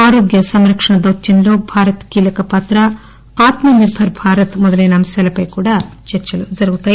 ఆరోగ్య సంరక్షణ దౌత్యంలో భారత్ కీలకపాత్ర ఆత్మ నిర్బర్ భారత్ మొదలైన అంశాలపై కూడా చర్చలు జరుగుతాయి